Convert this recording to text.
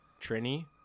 Trini